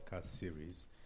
series